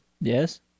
yes